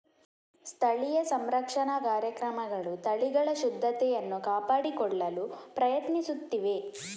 ಸ್ಥಳೀಯ ಸಂರಕ್ಷಣಾ ಕಾರ್ಯಕ್ರಮಗಳು ತಳಿಗಳ ಶುದ್ಧತೆಯನ್ನು ಕಾಪಾಡಿಕೊಳ್ಳಲು ಪ್ರಯತ್ನಿಸುತ್ತಿವೆ